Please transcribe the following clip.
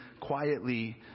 quietly